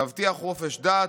תבטיח חופש דת,